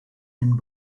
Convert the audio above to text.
and